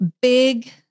big